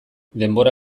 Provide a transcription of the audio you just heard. denbora